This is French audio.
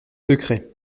secrets